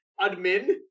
admin